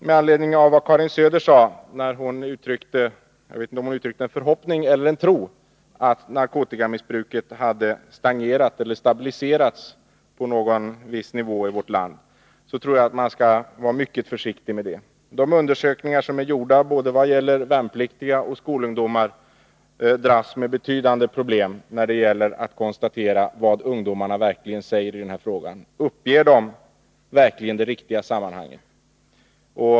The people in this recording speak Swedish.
Med anledning av det Karin Söder sade — jag vet inte om hon uttryckte en förhoppning eller en tro — om att narkotikamissbruket i vårt land hade stagnerat eller stabiliserats på en viss nivå vill jag säga att jag tror att man skall vara mycket försiktig med sådana värderingar. De undersökningar som är gjorda både bland värnpliktiga och bland skolungdomar visar att man har betydande problem när det gäller att konstatera vad ungdomarna verkligen säger i den här frågan. Man är osäker om de verkligen uppger de riktiga sammanhangen.